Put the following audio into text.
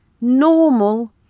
normal